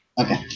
Okay